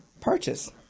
purchase